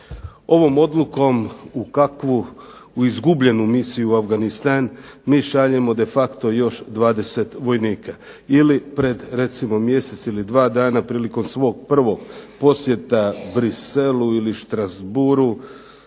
Ovom Odlukom u kakvu izgubljenu misiju u Afganistan mi šaljemo de facto još 20 vojnika ili pred recimo mjesec ili 2 dana prilikom svog prvog posjeta Bruxellesu i Strasbourghu